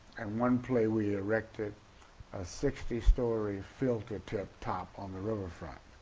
and one play we erected a sixty-story filter tip top on the riverfront,